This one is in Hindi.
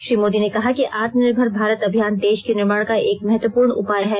श्री मोदी ने कहा कि आत्मनिर्भर भारत अभियान देश के निर्माण का एक महत्वपूर्ण उपाय है